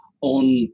on